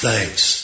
Thanks